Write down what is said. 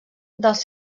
dels